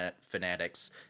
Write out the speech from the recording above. fanatics